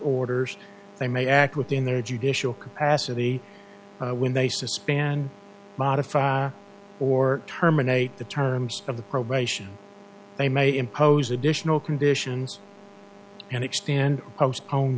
orders they may act within their judicial capacity when they suspend and modify or terminate the terms of the probation they may impose additional conditions and extend postpone